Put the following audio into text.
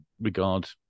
regard